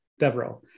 DevRel